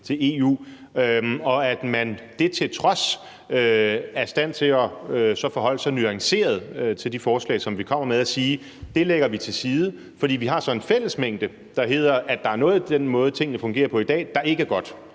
til EU, og at man det til trods er i stand til at forholde sig nuanceret til de forslag, som vi kommer med, og sige, at det lægger vi til side, fordi vi så har en fællesmængde, der hedder, at der er noget i den måde, tingene fungerer på i dag, der ikke er godt,